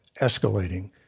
escalating